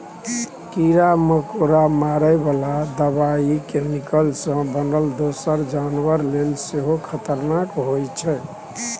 कीरा मकोरा मारय बला दबाइ कैमिकल सँ बनल दोसर जानबर लेल सेहो खतरनाक होइ छै